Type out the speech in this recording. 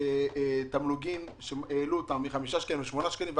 העלו את התמלוגים מ-5 שקלים ל-8 שקלים,